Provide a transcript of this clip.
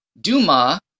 Duma